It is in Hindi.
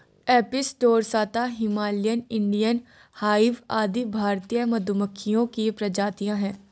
एपिस डोरसाता, हिमालयन, इंडियन हाइव आदि भारतीय मधुमक्खियों की प्रजातियां है